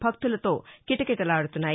భక్తులతో కిటకిటలాడుతున్నాయి